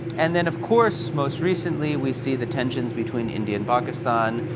and then of course, most recently, we see the tensions between india and pakistan,